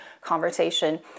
conversation